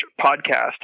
podcast